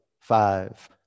five